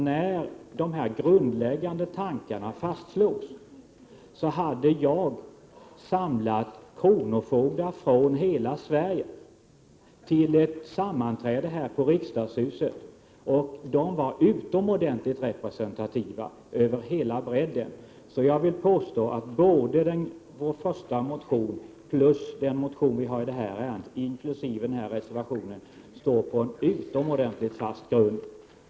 När de grundläggande idéerna fastslogs hade jag nämligen samlat kronofogdar från hela Sverige till ett sammanträde här i riksdagshuset. De var utomordentligt representativa för hela sitt område. Jag vill därför påstå att både vår första motion och den motion som vi har väckt i detta sammanhang, inkl. reservationen, vilar på en utomordentligt fast grund.